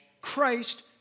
Christ